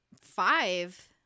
five